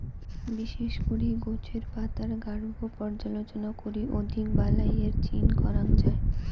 বিশেষ করি গছের পাতার গাব পর্যালোচনা করি অধিক বালাইয়ের চিন করাং যাই